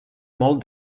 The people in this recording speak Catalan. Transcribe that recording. molt